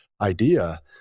idea